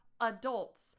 adults